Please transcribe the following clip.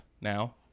now